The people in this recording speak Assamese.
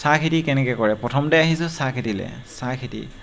চাহ খেতি কেনেকৈ কৰে প্ৰথমতে আহিছোঁ চাহ খেতিলৈ চাহ খেতি